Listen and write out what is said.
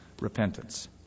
repentance